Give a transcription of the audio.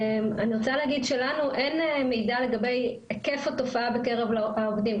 אני רוצה להגיד שלנו אין מידע לגבי היקף התופעה בקרב העובדים.